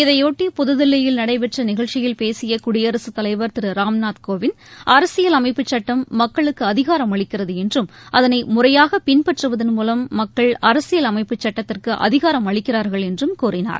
இதையொட்டி புதுதில்லியில் நடைபெற்ற நிகழ்ச்சியில் பேசிய குடியரசுத் தலைவர் திரு ராம்நாத்கோவிந்த் அரசியல் அமைப்புச் சட்டம் மக்களுக்கு அதிகாரம் அளிக்கிறது என்றும் அதனை முறையாக பின்பற்றுவதன் மூலம் மக்கள் அரசியல் அமைப்புச் சுட்டத்துக்கு அதிகாரம் அளிக்கிறார்கள் என்றும் கூறினார்